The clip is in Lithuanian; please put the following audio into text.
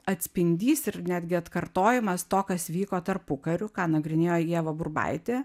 atspindys ir netgi atkartojimas to kas vyko tarpukariu ką nagrinėjo ieva burbaitė